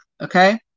Okay